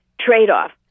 trade-off